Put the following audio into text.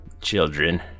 children